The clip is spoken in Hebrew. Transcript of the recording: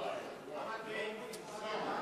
כשנוח לך.